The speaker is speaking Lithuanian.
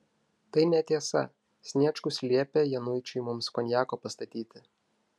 tai netiesa sniečkus liepė januičiui mums konjako pastatyti